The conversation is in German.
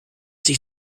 dich